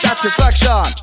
Satisfaction